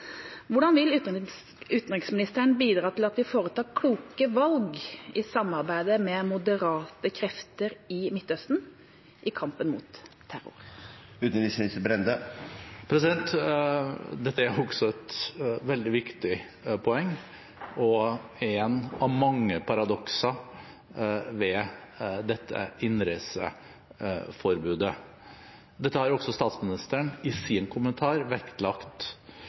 Hvordan vil utenriksministeren bidra til at vi foretar kloke valg i samarbeidet med moderate krefter i Midtøsten i kampen mot terror? Dette er også et veldig viktig poeng og er et av mange paradokser ved dette innreiseforbudet. Dette har også statsministeren i sin kommentar vektlagt,